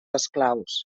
esclaus